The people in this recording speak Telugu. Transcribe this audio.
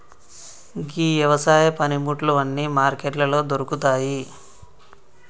గీ యవసాయ పనిముట్లు అన్నీ మార్కెట్లలో దొరుకుతాయి